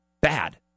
bad